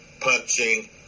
punching